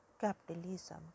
capitalism